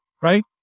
right